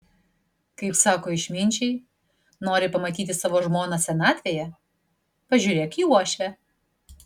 kaip sako išminčiai nori pamatyti savo žmoną senatvėje pažiūrėk į uošvę